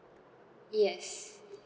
yes